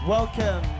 Welcome